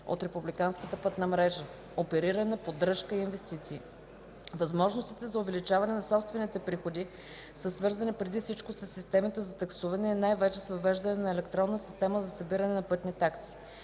от републиканската пътна мрежа (опериране, поддръжка и инвестиции). Възможностите за увеличаване на собствените приходи са свързани преди всичко със системите за таксуване и най-вече с въвеждане на Електронна система за събиране на пътни такси.